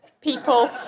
people